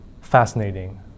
fascinating